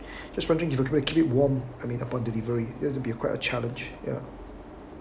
just wondering if you can keep it warm I mean upon delivery that will be a quite a challenge ya